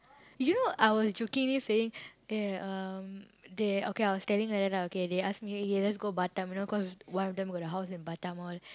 you know I was jokingly saying eh um they okay I was telling them then they ask me K let's go Batam you know cause one of them got the house in Batam all